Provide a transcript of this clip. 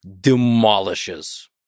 demolishes